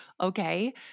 Okay